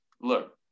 look